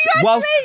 whilst